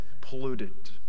polluted